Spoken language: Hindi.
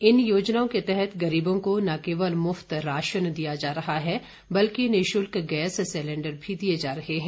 इन योजनाओं के तहत गरीबों को न केवल मुफ्त राशन दिया जा रहा है बल्कि निशुल्क गैस सिलेंडर भी दिए जा रहे हैं